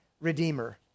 redeemer